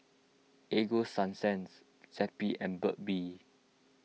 Ego Sunsense Zappy and Burt Bee